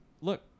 look